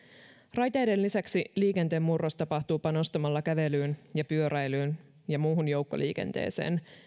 raiteiden lisäksi liikenteen murros tapahtuu panostamalla kävelyyn ja pyöräilyyn ja muuhun joukkoliikenteeseen